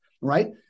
right